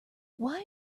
why